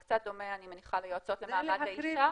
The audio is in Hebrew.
זה קצת דומה, אני מניחה, ליועצות למעמד האישה.